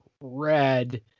red